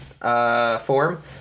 Form